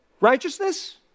righteousness